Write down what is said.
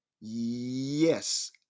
yes